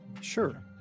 sure